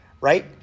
right